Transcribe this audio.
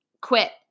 quit